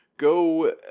go